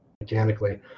mechanically